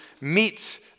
meets